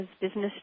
business